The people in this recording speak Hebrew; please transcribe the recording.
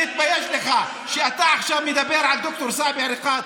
תתבייש לך שאתה עכשיו מדבר על ד"ר סאיב עריקאת,